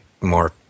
more